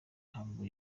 ntabwo